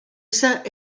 saint